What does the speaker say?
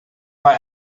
war